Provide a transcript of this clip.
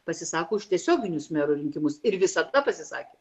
pasisako už tiesioginius merų rinkimus ir visada pasisakė